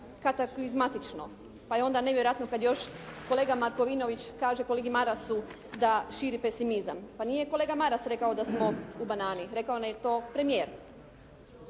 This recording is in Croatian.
kataklizmatično, pa je onda nevjerojatno kad još kolega Markovinović kaže kolegi Marasu da širi pesimizam. Pa nije kolega Maras rekao da smo u banani. Rekao nam je to premijer.